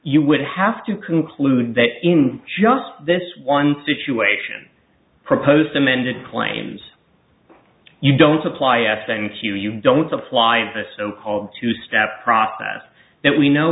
you would have to conclude that in just this one situation proposed amended claims you don't supply a thing to you you don't supply a so called two step process that we know